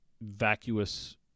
vacuous